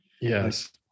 yes